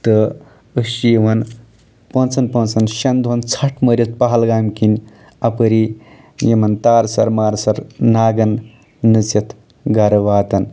تہٕ أسۍ چھِ یِوان پانٛژن پانٛژن شیٚن دۄہن ژھٹھ مٲرِتھ پہلگام کِنۍ اَپٲری یِمن تارسر مارسر ناگن نٔژِتھ گرٕ واتان